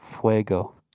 fuego